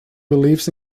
believes